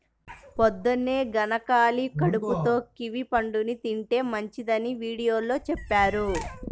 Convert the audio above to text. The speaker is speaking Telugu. పొద్దన్నే గనక ఖాళీ కడుపుతో కివీ పండుని తింటే మంచిదని వీడియోలో చెప్పారు